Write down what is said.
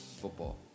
football